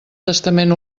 testament